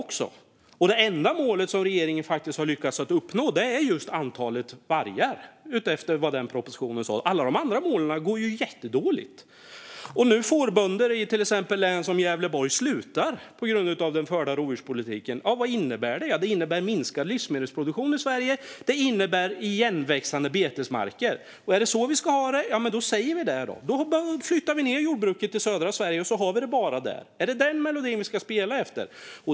Och det enda mål som regeringen faktiskt har lyckats uppnå är just antalet vargar utifrån vad propositionen sa. Alla de andra målen går det ju jättedåligt att uppnå. Vad innebär det då om fårbönder i län som Gävleborg slutar på grund av den förda rovdjurspolitiken? Jo, det innebär minskad livsmedelproduktion i Sverige och igenväxande betesmarker. Är det så vi ska ha det, då säger vi det. Då flyttar vi ned jordbruket till södra Sverige och har det bara där. Är det den melodin vi ska spela efter?